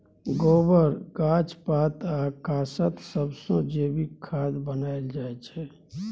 गोबर, गाछ पात आ कासत सबसँ जैबिक खाद बनाएल जाइ छै